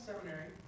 Seminary